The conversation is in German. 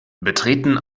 betreten